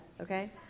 Okay